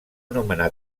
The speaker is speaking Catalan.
nomenar